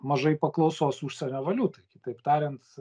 mažai paklausos užsienio valiutai kitaip tariant